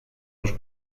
los